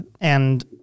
And-